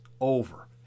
over